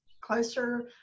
closer